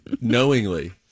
knowingly